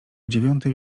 dziewiątej